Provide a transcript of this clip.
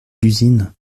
l’usine